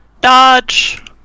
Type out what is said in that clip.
Dodge